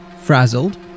Frazzled